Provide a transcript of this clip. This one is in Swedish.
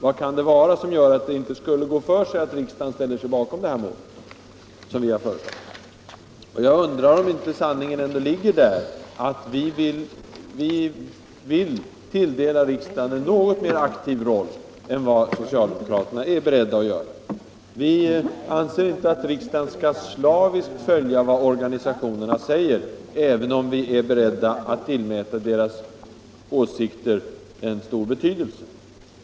Vad kan det vara som gör att riksdagen inte kan ställa sig bakom detta mål som vi har föreslagit? Jag undrar om inte sanningen ligger i att vi vill tilldela riksdagen en något mera aktiv roll än vad socialdemokraterna är beredda att göra. Vi anser inte att riksdagen slaviskt skall följa vad organisationerna säger, även om vi är beredda att tillmäta deras åsikter stor betydelse.